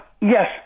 yes